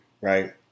right